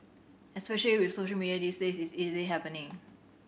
especially with social media these days is easily happening